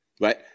Right